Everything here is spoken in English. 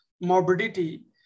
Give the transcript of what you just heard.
morbidity